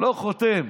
לא חותם.